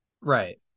right